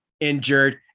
injured